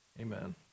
Amen